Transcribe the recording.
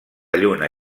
lluna